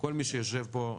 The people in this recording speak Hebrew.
כל מי שיושב פה,